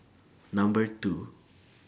Number two